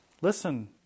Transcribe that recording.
listen